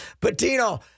Patino